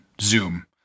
Zoom